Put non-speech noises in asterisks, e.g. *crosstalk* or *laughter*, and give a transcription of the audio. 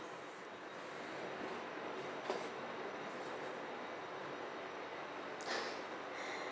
*laughs*